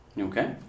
Okay